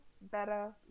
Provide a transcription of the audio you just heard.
better